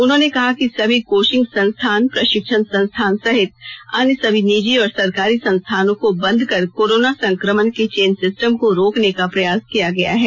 उन्होंने कहा कि सभी कोचिंग संस्थान प्रशिक्षण संस्थान सहित अन्य सभी निजी और सरकारी संस्थानों को बंद कर कोरोना संक्रमण के चेन सिस्टम को रोकने का प्रयास किया गया है